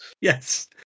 Yes